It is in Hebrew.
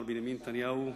מר בנימין נתניהו,